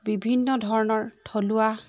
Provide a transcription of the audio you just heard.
বিভিন্ন ধৰণৰ থলুৱা